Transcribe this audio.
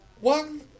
One